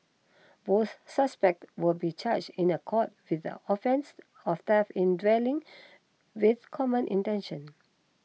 both suspects will be charged in a court with the offence of theft in dwelling with common intention